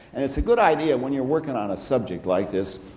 and it's a good idea when you're working on a subject like this,